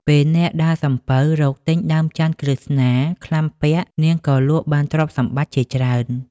ពេលអ្នកដើរសំពៅរកទិញដើមច័ន្ទន៍ក្រឹស្នា ក្លាំពាក់ នាងក៏លក់បានទ្រព្យសម្បត្តិជាច្រើន។